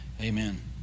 Amen